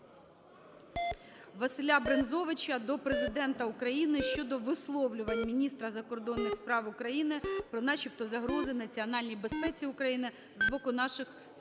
Василя Брензовича до Президента України щодо висловлювань міністра закордонних справ України про начебто загрози національній безпеці України з боку наших спільнот.